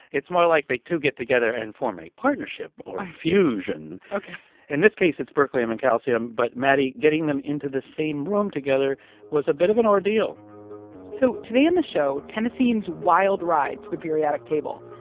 it's more like the two get together and form a partnership or fusion ok in this case, it's berkelium and calcium. but, maddie, getting them into the same room together was a bit of an ordeal so today on the show, tennessine's wild ride to the periodic table.